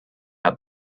out